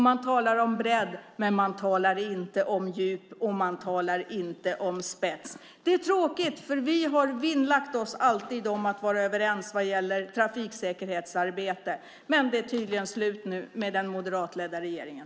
Man talar om bredd, men man talar inte om djup och man talar inte om spets. Det är tråkigt, för vi har alltid vinnlagt oss om att vara överens vad gäller trafiksäkerhetsarbete. Men det är tydligen slut nu, med den moderatledda regeringen.